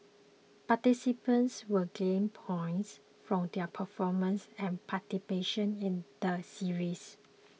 participants will gain points from their performance and participation in the series